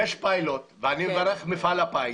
יש פיילוט ואני מברך את מפעל הפיס